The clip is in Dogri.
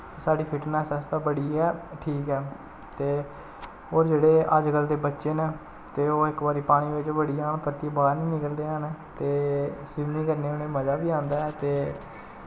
साढ़ी फिटनेस आस्तै बड़ी गै ठीक ऐ ते होर जेह्ड़े अज्जकल दे बच्चे न ते ओह् इक बारी पानी बिच्च बड़ी जान परतियै बाह्र नी निकलदे हैन ते स्विमिंग करने उ'नेंगी मजा बी आंदा ऐ ते